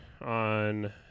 on